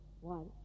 one